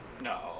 No